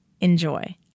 Enjoy